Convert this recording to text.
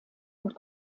und